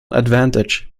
advantage